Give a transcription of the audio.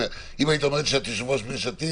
אם היית אומרת שאת יושבת-ראש ביש עתיד